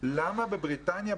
למה בבריטניה,